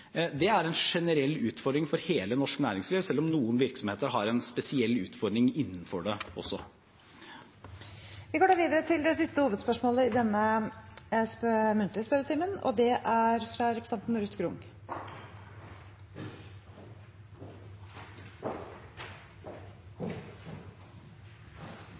noen virksomheter har en spesiell utfordring også når det gjelder det. Vi går videre til det siste hovedspørsmålet i denne muntlige spørretimen. Jeg har et spørsmål til sjøsikkerhetsministeren. Vi nærmer oss våren, og det